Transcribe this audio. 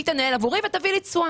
היא תנהל עבורך ותביא לך תשואה.